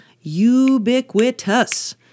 ubiquitous